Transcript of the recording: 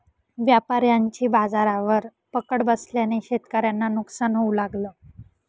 व्यापाऱ्यांची बाजारावर पकड बसल्याने शेतकऱ्यांना नुकसान होऊ लागलं